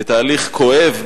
בתהליך כואב,